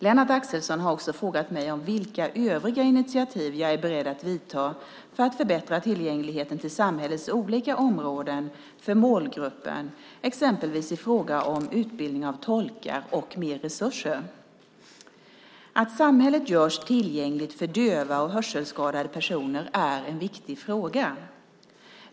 Lennart Axelsson har också frågat mig om vilka övriga initiativ jag är beredd att ta för att förbättra tillgängligheten till samhällets olika områden för målgruppen exempelvis i fråga om utbildning av tolkar och mer resurser. Att samhället görs tillgängligt för döva och hörselskadade personer är en viktig fråga.